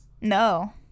no